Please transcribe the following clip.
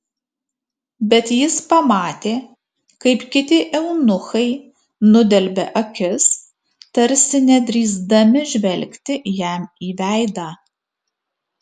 bet jis pamatė kaip kiti eunuchai nudelbia akis tarsi nedrįsdami žvelgti jam į veidą